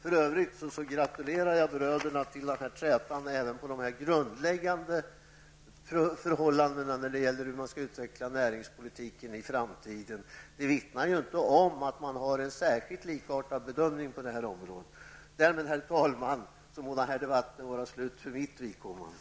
I övrigt gratulerar jag bröderna till trätan även om de grundläggande frågor som gäller hur man skall utveckla näringspolitiken i framtiden. Det vittnar inte om att man har någon särskilt likartad bedömning på det här området. Därmed, herr talman, må den här debatten vara slut för mitt vidkommande.